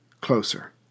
closer